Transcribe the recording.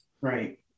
Right